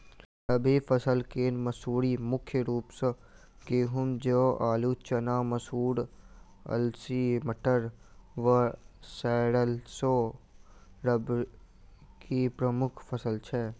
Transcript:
रबी फसल केँ मसूरी मुख्य रूप सँ गेंहूँ, जौ, आलु,, चना, मसूर, अलसी, मटर व सैरसो रबी की प्रमुख फसल छै